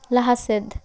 ᱞᱟᱦᱟ ᱥᱮᱫ